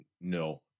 No